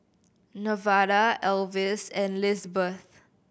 Nevada Alvis and Lisbeth